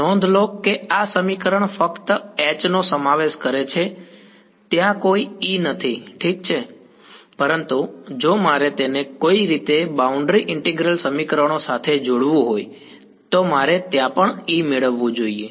નોંધ લો કે આ સમીકરણ ફક્ત H નો સમાવેશ કરે છે ત્યાં કોઈ E નથી ઠીક છે પરંતુ જો મારે તેને કોઈક રીતે બાઉન્ડ્રી ઈન્ટીગ્રલ સમીકરણો સાથે જોડવું હોય તો મારે ત્યાં પણ E મેળવવું જોઈએ